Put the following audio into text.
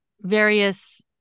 various